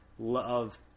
Love